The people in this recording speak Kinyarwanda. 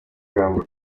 magambo